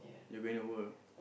you're going to work